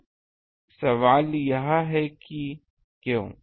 अब सवाल यह है कि क्यों